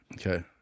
okay